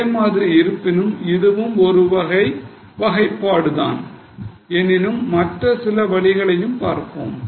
ஒரே மாதிரி இருப்பினும் இதுவும் ஒரு வகை வகைப்பாடு தான் எனினும் மற்ற சில வழிகளையும் பார்ப்போம்